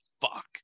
fuck